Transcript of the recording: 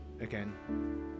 again